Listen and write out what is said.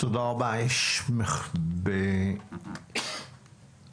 נציג קופת חולים לאומית.